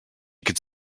could